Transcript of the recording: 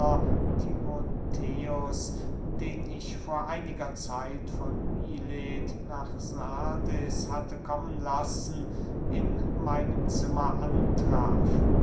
den ich vor einiger zeit von milet nach sardes hatte kommen lassen in meinem zimmer antraf